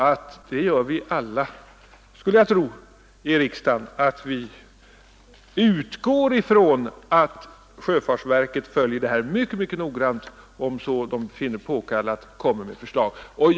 Vi utgår nog alla här i riksdagen från att sjöfartsverket följer detta mycket noggrant och, om man finner det påkallat, framlägger förslag till ändringar.